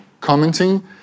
Commenting